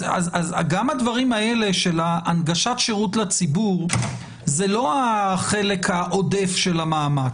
אז גם הדברים האלה של הנגשת השירות לציבור זה לא החלק העודף של המאמץ.